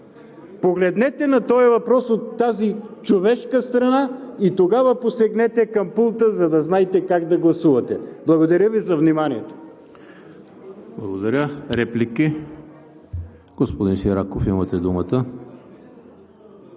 Погледнете на този въпрос от тази човешка страна и тогава посегнете към пулта, за да знаете как да гласувате. Благодаря Ви за вниманието.